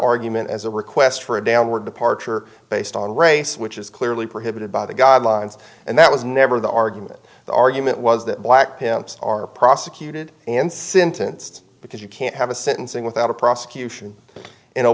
argument as a request for a downward departure based on race which is clearly prohibited by the guidelines and that was never the argument the argument was that black pants are prosecuted and sinton because you can't have a sentencing without a prosecution in a